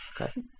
Okay